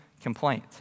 complaint